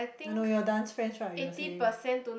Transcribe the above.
I know you all dance friends right you were saying